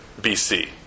BC